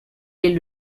est